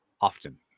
often